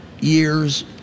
years